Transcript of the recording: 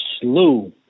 slew